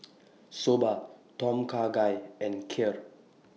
Soba Tom Kha Gai and Kheer